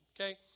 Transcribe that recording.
okay